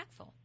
impactful